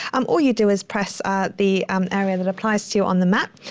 um all you do is press ah the um area that applies to you on the map.